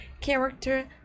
character